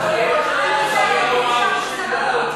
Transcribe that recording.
על?